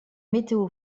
météo